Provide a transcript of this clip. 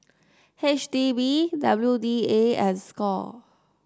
H D B W D A and Score